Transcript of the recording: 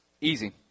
Easy